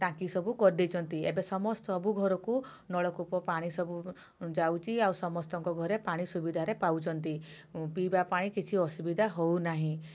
ଟାଙ୍କି ସବୁ କରିଦେଇଛନ୍ତି ଏବେ ସମସ୍ତ ସବୁ ଘରକୁ ନଳକୂପ ପାଣି ସବୁ ଯାଉଛି ଆଉ ସମସ୍ତଙ୍କ ଘରେ ପାଣି ସୁବିଧାରେ ପାଉଛନ୍ତି ପିଇବା ପାଇଁ କିଛି ଅସୁବିଧା ହେଉନାହିଁ